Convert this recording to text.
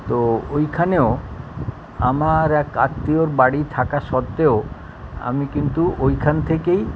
তো ওইখানেও আমার এক আত্মীয়র বাড়ি থাকা সত্ত্বেও আমি কিন্তু ওইখান থেকেই